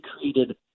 created